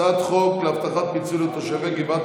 חוק להפחתת סכום הפיצוי בשל נסיעה ללא תיקוף